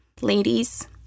Ladies